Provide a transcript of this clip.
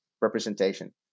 representation